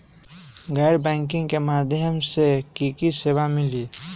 गैर बैंकिंग के माध्यम से की की सेवा मिली?